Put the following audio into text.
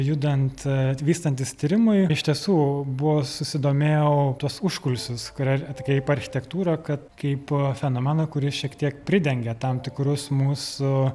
judant vystantis tyrimui iš tiesų buvo susidomėjau tuos užkulisius kurie kaip architektūrą kad kaipo fenomeną kuris šiek tiek pridengia tam tikrus mūsų